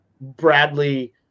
Bradley